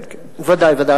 כן, ודאי, ודאי.